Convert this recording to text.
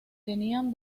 tenían